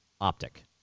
optic